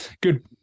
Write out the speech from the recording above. good